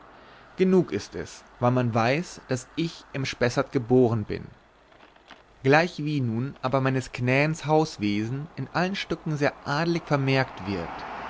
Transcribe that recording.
genug ist es wann man weiß daß ich im spessert geboren bin gleichwie nun aber meines knäns hauswesen in allen stücken sehr adelig vermerkt wird